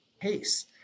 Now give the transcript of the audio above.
pace